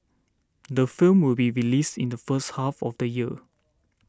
the film will be released in the first half of the year